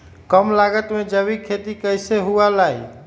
कम लागत में जैविक खेती कैसे हुआ लाई?